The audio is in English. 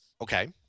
Okay